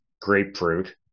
grapefruit